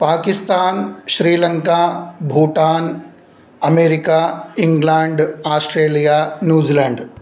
Pakistan Sri Lanka Bhutan America England Australia New Zealand